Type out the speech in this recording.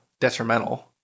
detrimental